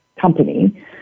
company